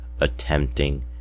attempting